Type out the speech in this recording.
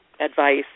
advice